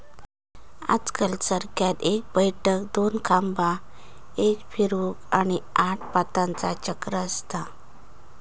आजकल चरख्यात एक बैठक, दोन खांबा, एक फिरवूक, आणि आठ पातांचा चक्र असता